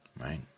right